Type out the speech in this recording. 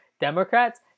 Democrats